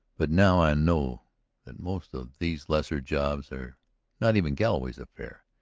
but now i know that most of these lesser jobs are not even galloway's affair,